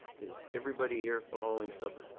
is everybody here following supper?